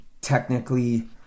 technically